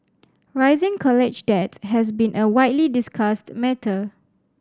rising college debts has been a widely discussed matter